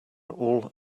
all